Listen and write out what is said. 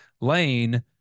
lane